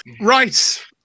Right